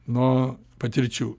nuo patirčių